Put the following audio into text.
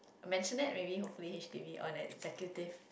maisonette maybe hopefully h_d_b or an executive